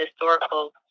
Historical